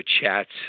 chats